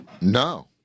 no